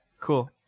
cool